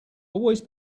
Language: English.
always